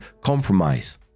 compromise